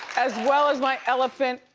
as well as my elephant,